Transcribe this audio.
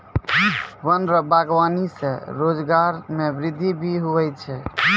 वन रो वागबानी से रोजगार मे वृद्धि भी हुवै छै